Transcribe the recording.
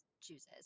chooses